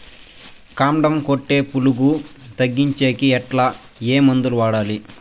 కాండం కొట్టే పులుగు తగ్గించేకి ఎట్లా? ఏ మందులు వాడాలి?